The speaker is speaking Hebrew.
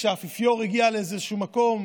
כשהאפיפיור הגיע לאיזשהו מקום,